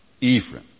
Ephraim